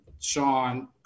Sean